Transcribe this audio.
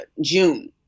June